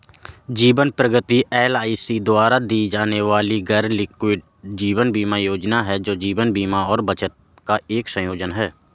जीवन प्रगति एल.आई.सी द्वारा दी जाने वाली गैरलिंक्ड जीवन बीमा योजना है, जो जीवन बीमा और बचत का एक संयोजन है